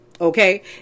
Okay